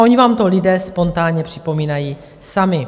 Oni vám to lidé spontánně připomínají sami.